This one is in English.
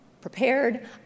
prepared